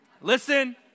Listen